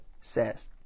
says